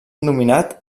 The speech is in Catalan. nominat